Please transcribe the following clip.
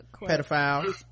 pedophiles